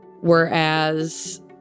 Whereas